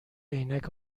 عینک